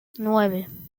nueve